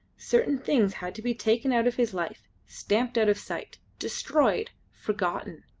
certain things had to be taken out of his life, stamped out of sight, destroyed, forgotten.